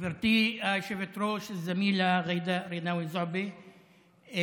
גברתי היושבת-ראש זמילה ג'ידא רינאוי זועבי,